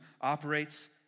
operates